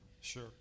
Sure